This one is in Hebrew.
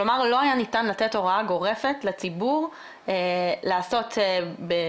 כלומר לא היה ניתן לתת הוראה גורפת לציבור לעשות בדיקה,